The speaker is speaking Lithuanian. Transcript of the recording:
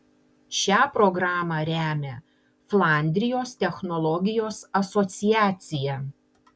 šią programą remia flandrijos technologijos asociacija